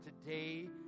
today